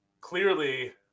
clearly